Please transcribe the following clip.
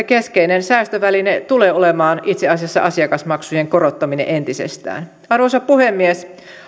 keskeinen säästöväline tulee olemaan itse asiassa asiakasmaksujen korottaminen entisestään arvoisa puhemies